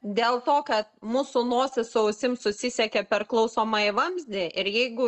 dėl to ka mūsų nosis su ausim susisiekia per klausomąjį vamzdį ir jeigu